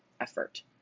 effort